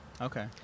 Okay